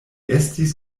estis